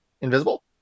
invisible